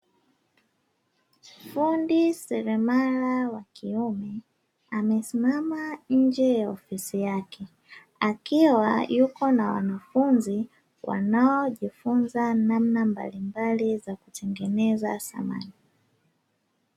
Fundi seremala wa kiume amesimama nje ya ofisi yake akiwa yuko na wanafunzi wanaojifunza namna mbalimbali ya kutengeneza samani.